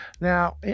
Now